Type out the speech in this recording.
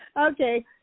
Okay